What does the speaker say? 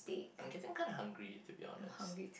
I'm getting kinda hungry to be honest